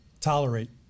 tolerate